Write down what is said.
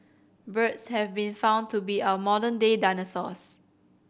birds have been found to be our modern day dinosaurs